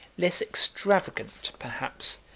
less extravagant, perhaps,